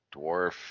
dwarf